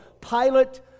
Pilate